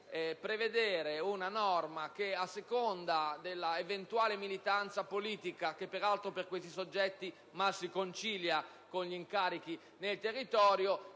inoltre, una norma che in base all'eventuale militanza politica - che peraltro per questi soggetti mal si concilia con gli incarichi sul territorio